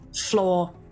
floor